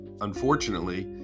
unfortunately